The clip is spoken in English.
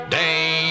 day